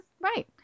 Right